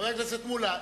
חבר הכנסת מולה,